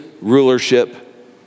rulership